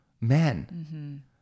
men